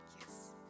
Yes